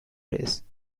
race